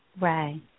Right